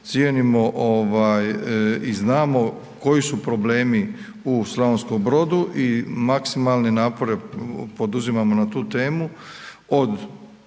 cijenimo i znamo koji su problemi u Slavonskom Brodu i maksimalne napore poduzimamo na tu temu,